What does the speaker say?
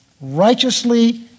righteously